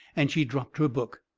and she dropped her book.